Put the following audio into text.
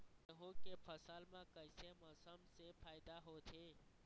गेहूं के फसल म कइसे मौसम से फायदा होथे?